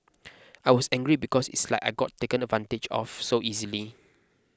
I was angry because it's like I got taken advantage of so easily